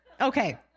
Okay